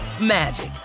magic